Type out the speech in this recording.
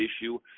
issue